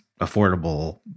affordable